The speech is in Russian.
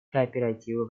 кооперативы